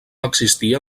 existia